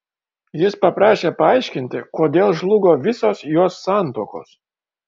jis paprašė paaiškinti kodėl žlugo visos jos santuokos